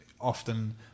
often